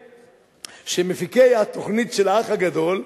שמפיקי התוכנית "האח הגדול",